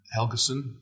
Helgeson